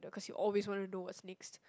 cause you always want to know what's next